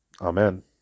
Amen